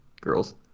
girls